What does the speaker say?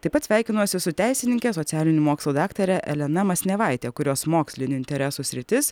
taip pat sveikinuosi su teisininke socialinių mokslų daktare elena masnevaite kurios mokslinių interesų sritis